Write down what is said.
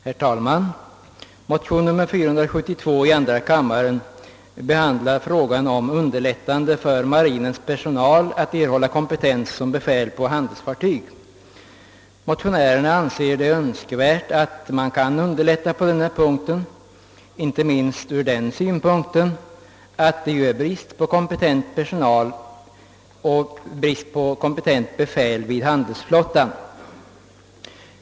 Herr talman! Motion nr 472 i denna kammare behandlar frågan om underlättande för marinens personal att erhålla kompetens som befäl på handelsfartyg. Motionärerna anser detta önskvärt, inte minst från den synpunkten att det råder brist på kompetent befäl vid handelsflottan.